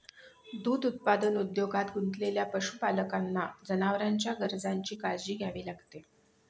दूध उत्पादन उद्योगात गुंतलेल्या पशुपालकांना जनावरांच्या गरजांची काळजी घ्यावी लागते